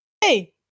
Hey